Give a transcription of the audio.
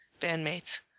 bandmates